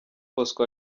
bosco